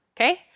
okay